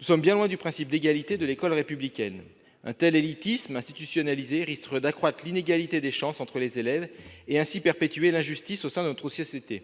Nous sommes bien loin du principe d'égalité de l'école républicaine ... Un tel élitisme institutionnalisé risque d'accroître l'inégalité des chances entre les élèves, et ainsi perpétuer l'injustice au sein de notre société.